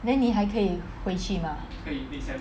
then 你还可以回去吗